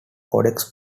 codex